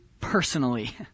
personally